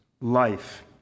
life